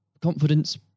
confidence